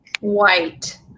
White